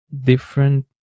different